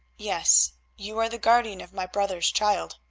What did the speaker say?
yes you are the guardian of my brother's child.